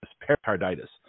pericarditis